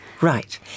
Right